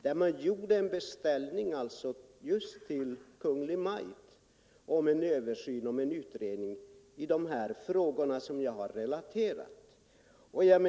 Däri gjordes en beställning till Kungl. Maj:t om översyn och utredning av de frågor som jag har relaterat.